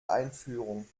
einführung